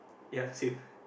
ya same